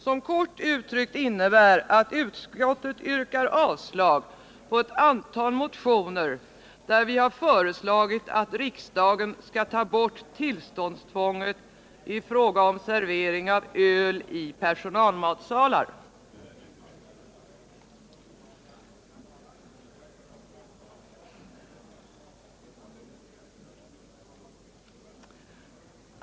som kort uttryckt innebär att utskottet yrkar avslag på ett antal motioner där vi har föreslagit att riksdagen skall ta bort tillståndstvånget i fråga om servering av öl i personalmatsalar.